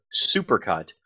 supercut